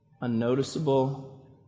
unnoticeable